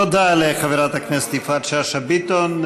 תודה לחברת הכנסת יפעת שאשא ביטון.